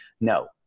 No